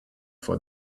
for